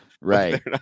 right